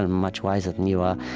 ah much wiser than you are,